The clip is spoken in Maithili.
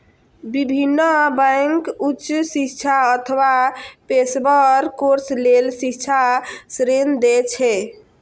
विभिन्न बैंक उच्च शिक्षा अथवा पेशेवर कोर्स लेल शिक्षा ऋण दै छै